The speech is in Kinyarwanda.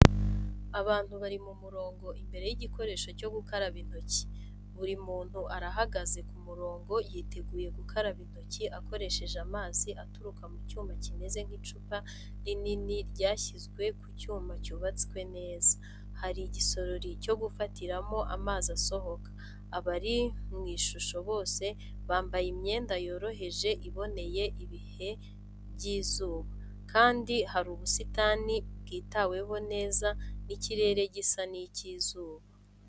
Abantu bari mu murongo imbere y’igikoresho cyo gukaraba intoki. Buri muntu arahagaze ku murongo yiteguye gukaraba intoki akoresheje amazi aturuka mu cyuma kimeze nk’icupa rinini ryashyizwe ku cyuma cyubatswe neza. Hari igisorori cyo gufatiramo amazi asohoka. Abari mu ishusho bose bambaye imyenda yoroheje iboneye ibihe by’izuba, kandi hari ubusitani bwitaweho neza n’ikirere gisa n’icy’izuba.